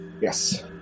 Yes